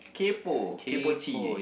kaypoh kaypoh chee